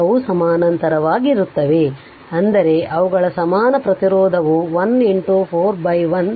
ಅವು ಸಮಾನಾಂತಾರವಾಗಿರುತ್ತವೆ ಅಂದರೆ ಅವುಗಳ ಸಮಾನ ಪ್ರತಿರೋಧವು 1 41 4 0